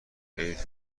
عید